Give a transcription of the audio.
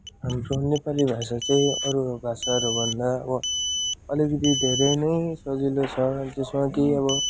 हाम्रो नेपाली भाषा चाहिँ अरू भाषाहरूभन्दा अब अलिकति धेरै नै सजिलो छ जसमा कि अब